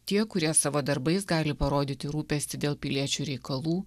tie kurie savo darbais gali parodyti rūpestį dėl piliečių reikalų